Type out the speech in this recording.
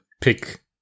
pick